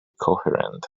coherent